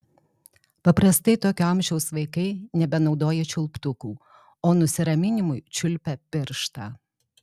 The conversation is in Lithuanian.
paprastai tokio amžiaus vaikai nebenaudoja čiulptukų o nusiraminimui čiulpia pirštą